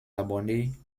abonnés